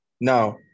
Now